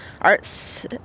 arts